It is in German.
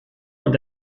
und